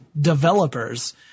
developers